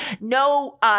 no